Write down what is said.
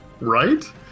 Right